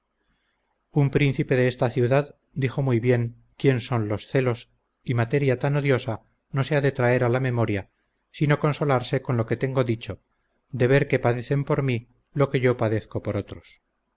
un príncipe de esta ciudad dijo muy bien quién son los celos y materia tan odiosa no se ha de traer a la memoria sino consolarse con lo que tengo dicho de ver que padecen por mí lo que yo padezco por otros